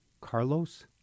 Carlos